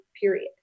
period